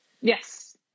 Yes